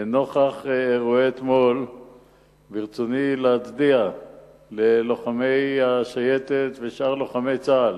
לנוכח אירועי אתמול ברצוני להצדיע ללוחמי השייטת ולשאר לוחמי צה"ל